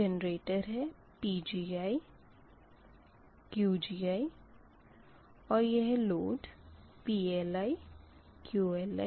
यह जनरेटर है PgiQgi और यह लोड PLi Q